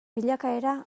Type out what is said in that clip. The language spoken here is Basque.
bilakaera